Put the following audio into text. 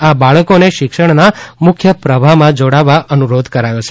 આ બાળકોને શિક્ષણના મુખ્ય પ્રવાહ્માં જોડાવા અનુરોધ કરાયો છે